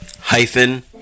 hyphen